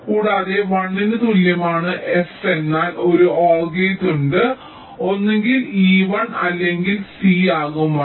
കൂടാതെ 1 ന് തുല്യമാണ് f എന്നാൽ ഒരു OR ഗേറ്റ് ഉണ്ട് അതിനാൽ ഒന്നുകിൽ e 1 അല്ലെങ്കിൽ c ആകും 1